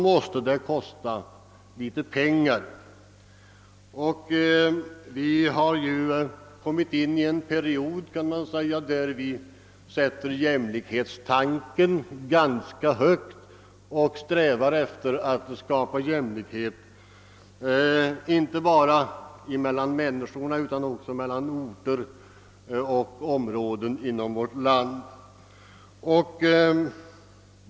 Det talas i dessa dagar mycket om jämlikhet, och vi strävar efter att skapa sådan inte bara mellan människor utan också mellan orter och områden inom vårt land.